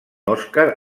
oscar